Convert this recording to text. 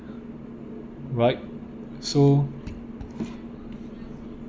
right so